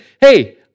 hey